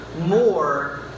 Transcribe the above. more